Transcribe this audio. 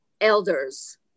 elders